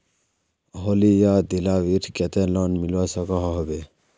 होली या दिवालीर केते लोन मिलवा सकोहो होबे?